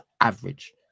average